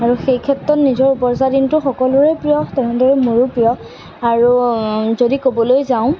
আৰু সেই ক্ষেত্ৰত নিজৰ ওপজা দিনটো সকলোৰেই প্ৰিয় তেনেদৰে মোৰো প্ৰিয় আৰু যদি ক'বলৈ যাওঁ